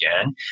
again